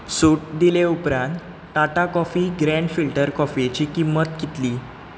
सूट दिले उपरांत Tata coffee grand filter कॉफयेची किंमत कितली